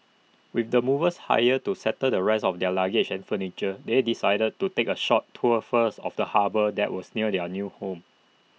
with the movers hired to settle the rest of their luggage and furniture they decided to take A short tour first of the harbour that was near their new home